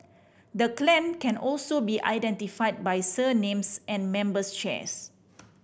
the clan can also be identified by surnames and members shares